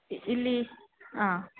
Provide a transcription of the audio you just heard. ಇಲ್ಲಿ ಆಂ